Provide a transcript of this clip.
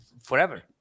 forever